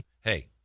Hey